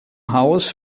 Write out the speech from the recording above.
haus